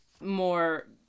more